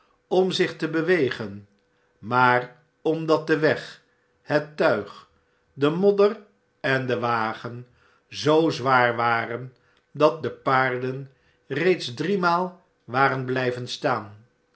om zich te be wegen maar omdat de weg het tuig de modder en de wagen zoo zwaar waren dat de paarden reeds driemaal waren bljjven staan